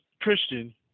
Christian